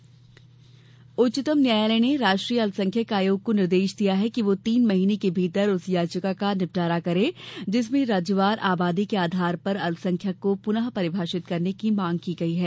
न्यायालय आयोग उच्चतम न्यायालय ने राष्ट्रीय अल्पसंख्यक आयोग को निर्देश दिया है कि वह तीन महीने के भीतर उस याचिका का निपटारा करें जिसमें राज्यवार आबादी के आधार पर अल्पसंख्यक को पुनः परिभाषित करने की मांग की गयी है